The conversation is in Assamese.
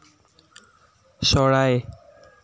চৰাই